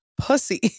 pussy